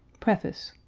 preface